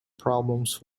problems